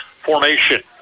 formation